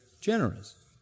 Generous